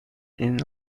این